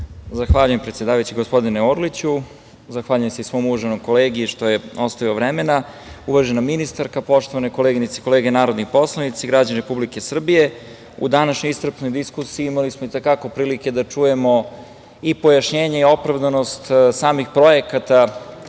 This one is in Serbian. Zahvaljujem predsedavajući, gospodine Orliću. Zahvaljujem se i svom uvaženom kolegi što mi je ostavio vremena. Uvažena ministarka, poštovane koleginice i kolege narodni poslanici, građani Republike Srbije, u današnjoj iscrpnoj diskusiji imali smo i te kako prilike da čujemo i pojašnjenje i opravdanost samih projekata